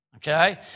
Okay